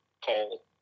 call